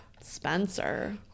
Spencer